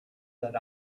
that